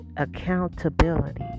Accountability